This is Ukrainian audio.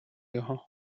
його